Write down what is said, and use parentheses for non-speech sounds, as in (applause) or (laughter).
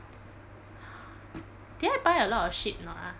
(noise) (breath) did I buy a lot of shit or not ah